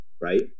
right